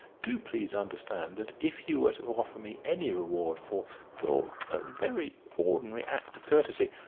do please understand that if you were to offer me any reward for for a very ordinary act of courtesy,